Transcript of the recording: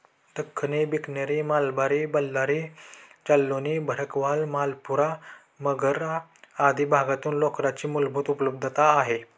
दख्खनी, बिकनेरी, मलबारी, बल्लारी, जालौनी, भरकवाल, मालपुरा, मगरा आदी भागातून लोकरीची मुबलक उपलब्धता आहे